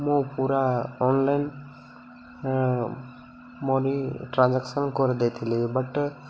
ମୁଁ ପୁରା online money transaction କରିଦେଇଥିଲି ବଟ୍